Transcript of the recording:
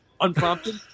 Unprompted